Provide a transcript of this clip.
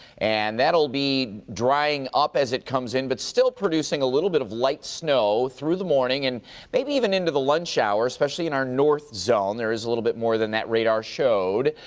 and that will be drying up as it comes in, but still producing a little bit of light snow through the morning and maybe even into the lunch hour, especially in our north zone. there's a little bit more than that radar showed.